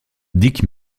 dick